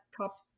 top